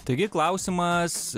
taigi klausimas